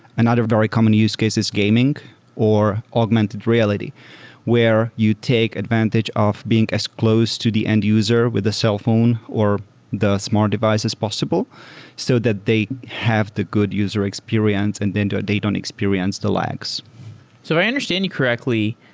another very common use case is gaming or augmented reality where you take advantage of being as close to the end user with the cellphone or the smart devices possible so that they have the good user experience and then they don't experience the lags so i understand you correctly.